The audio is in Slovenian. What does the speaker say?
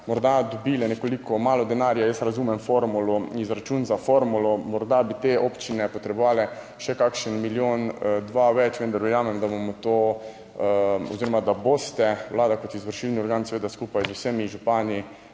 morda dobile nekoliko malo denarja. Jaz razumem formulo, izračun za formulo, morda bi te občine potrebovale še kakšen milijon, dva več, vendar verjamem, da bomo to oziroma, da boste Vlada kot izvršilni organ, seveda skupaj z vsemi župani,